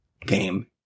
game